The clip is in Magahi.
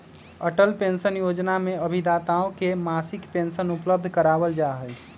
अटल पेंशन योजना में अभिदाताओं के मासिक पेंशन उपलब्ध करावल जाहई